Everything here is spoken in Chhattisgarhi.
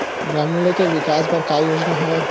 ग्रामीणों के विकास बर का योजना हवय?